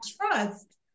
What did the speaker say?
trust